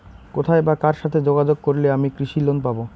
কোথায় বা কার সাথে যোগাযোগ করলে আমি কৃষি লোন পাব?